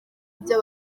ibyo